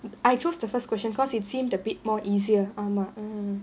I chose the first question because it seemed a bit more easier ஆமா:aamaa